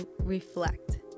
reflect